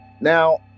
Now